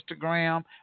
Instagram